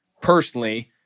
personally